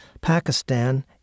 Pakistan